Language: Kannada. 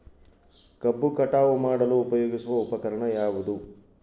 ಕಬ್ಬು ಕಟಾವು ಮಾಡಲು ಉಪಯೋಗಿಸುವ ಉಪಕರಣ ಯಾವುದು?